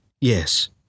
Yes